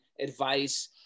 advice